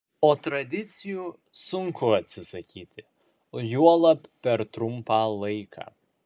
o tradicijų sunku atsisakyti juolab per trumpą laiką